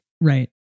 right